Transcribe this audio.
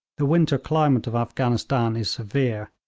the winter climate of afghanistan is severe,